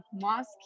mosque